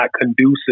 conducive